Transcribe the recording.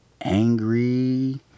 Angry